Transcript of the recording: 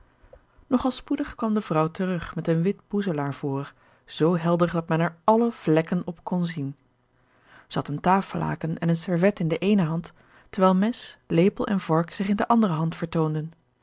al spoedig kwam de vrouw terug met een wit boezelaar voor z helder dat men er alle vlekken op zien kon zij had een tafellaken en een servet in de eene hand terwijl mes lepel en vork zich in de andere hand vertoonden